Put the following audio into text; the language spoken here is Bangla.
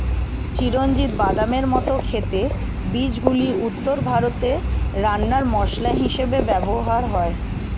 চিরঞ্জিত বাদামের মত খেতে বীজগুলি উত্তর ভারতে রান্নার মসলা হিসেবে ব্যবহার হয়